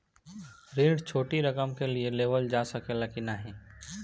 ऋण छोटी रकम के लिए लेवल जा सकेला की नाहीं?